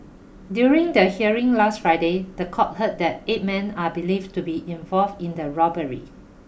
during the hearing last Friday the court heard that eight men are believed to be involved in the robbery